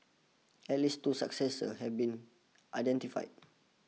at least two successors have been identified